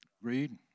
Agreed